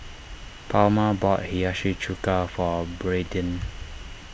Palma bought Hiyashi Chuka for Braeden